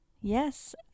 Yes